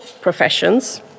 professions